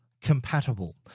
compatible